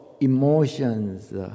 emotions